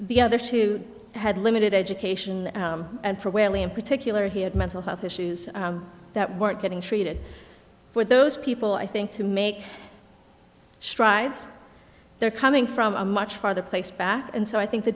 the other two had limited education and for wally in particular he had mental health issues that weren't getting treated for those people i think to make strides they're coming from a much farther place back and so i think the